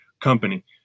company